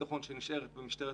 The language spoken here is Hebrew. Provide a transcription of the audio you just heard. לחוק במצב כרגע.